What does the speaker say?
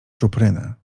czuprynę